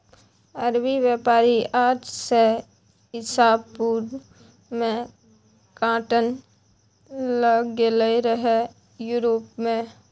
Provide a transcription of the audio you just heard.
अरबी बेपारी आठ सय इसा पूर्व मे काँटन लए गेलै रहय युरोप मे